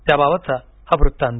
त्याबाबतचा हा वृत्तांत